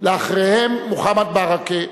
אחריהם, מוחמד ברכה.